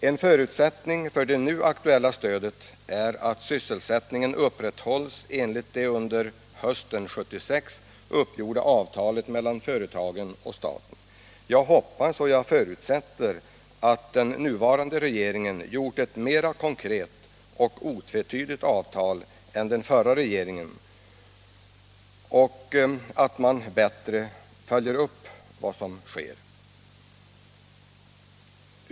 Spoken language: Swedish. En förutsättning för det nu aktuella stödet är att sysselsättningen upprätthålls enligt det under hösten uppgjorda avtalet mellan företagen och staten. Jag hoppas och jag förutsätter att den nuvarande regeringen gjort ett mera konkret och otvetydigt avtal än den förra regeringen och att man bättre följer upp det hela.